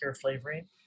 flavoring